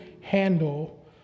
handle